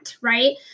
right